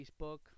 facebook